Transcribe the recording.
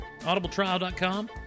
audibletrial.com